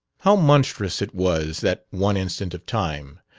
how monstrous it was that one instant of time,